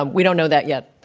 um we don't know that yet,